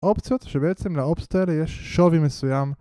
אופציות שבעצם לאופציות האלה יש שווי מסוים